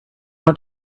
want